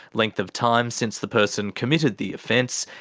length of time since the person committed the offence,